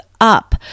up